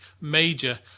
major